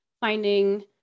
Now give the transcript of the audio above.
finding